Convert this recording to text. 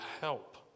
help